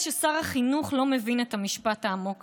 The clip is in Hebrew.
המיינסטרים, לא